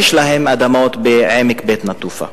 יש להם אדמות בעמק בית-נטופה.